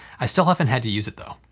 i still haven't had to use it though.